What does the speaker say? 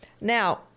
Now